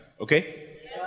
Okay